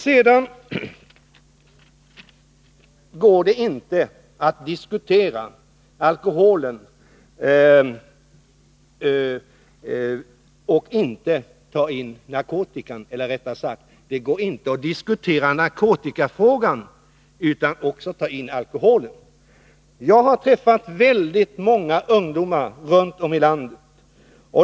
Sedan går det inte att diskutera narkotikafrågan utan att också ta med alkoholen. Jag har träffat väldigt många ungdomar runt om i landet.